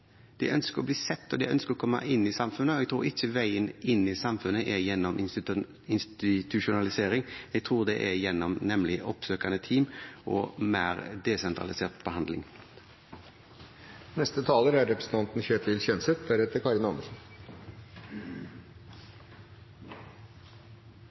de forskjellige DPS-ene. Vi har fortsatt en vei å gå innenfor spesialisthelsetjenesten for å få dette på plass. Men overskriften er at pasienter som sliter med psykiske helseutfordringer, ønsker å bli sett og å komme inn i samfunnet, og jeg tror ikke veien inn i samfunnet er gjennom institusjonalisering. Jeg tror det er gjennom oppsøkende team